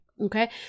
Okay